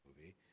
movie